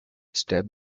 step